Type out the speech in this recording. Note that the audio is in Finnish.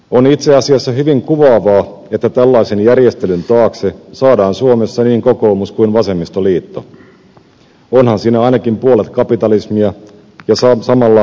on itse asiassa hyvin kuvaavaa että tällaisen järjestelyn taakse saadaan suomessa niin kokoomus kuin vasemmistoliitto onhan siinä ainakin puolet kapitalismia ja samalla ainakin puolet kommunismia